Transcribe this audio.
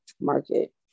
market